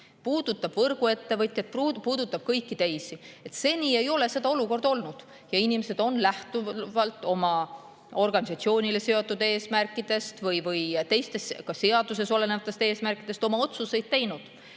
puudutab võrguettevõtjaid, see puudutab kõiki teisi. Seni ei ole seda olukorda olnud ja inimesed on lähtuvalt oma organisatsioonile seatud eesmärkidest või teistest, ka seadustes olevatest eesmärkidest oma otsuseid teinud.